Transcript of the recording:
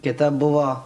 kita buvo